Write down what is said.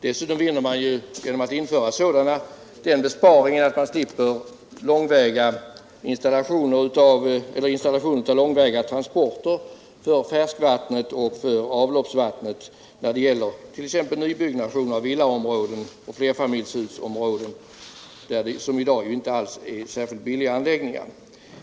Dessutom vinner man genom att införa sådana den besparingen att man slipper installationer för långväga transporter av färskvattnet och avloppsvattnet vid t.ex. nybyggnation av villa och flerfamiljshusområden, anläggningar som i dag inte är särskilt billiga.